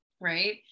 Right